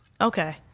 Okay